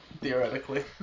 theoretically